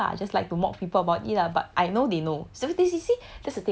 I won't say in salty way lah just like to mock people about it lah but I know they know